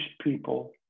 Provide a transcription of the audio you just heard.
people